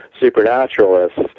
supernaturalists